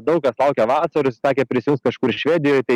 daug kas laukia vasaros sakė prisijungs kažkur švedijoj tai